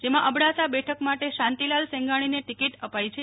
જેમાં અબડાસા બેઠક માટે શાંતિલાલ સંઘાણીને ટિકિટ અપાઇ છે